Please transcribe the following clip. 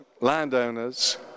landowners